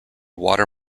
water